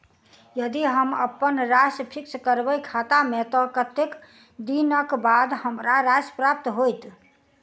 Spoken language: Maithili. यदि हम अप्पन राशि फिक्स करबै खाता मे तऽ कत्तेक दिनक बाद हमरा राशि प्राप्त होइत?